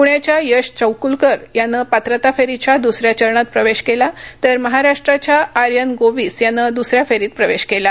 पुण्याच्या यश चौकुलकर यानं पात्रता फेरीच्या दुसऱ्या चरणात प्रवेश केला तर महाराष्ट्राच्या आर्यन गोविस यानं दुसऱ्या फेरीत प्रवेश केला